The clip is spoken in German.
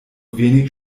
wenig